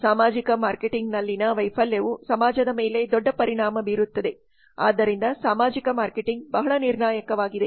ಸಾಮಾಜಿಕ ಮಾರ್ಕೆಟಿಂಗ್ನಲ್ಲಿನ ವೈಫಲ್ಯವು ಸಮಾಜದ ಮೇಲೆ ದೊಡ್ಡ ಪರಿಣಾಮ ಬೀರುತ್ತದೆ ಆದ್ದರಿಂದ ಸಾಮಾಜಿಕ ಮಾರ್ಕೆಟಿಂಗ್ ಬಹಳ ನಿರ್ಣಾಯಕವಾಗಿದೆ